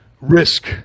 risk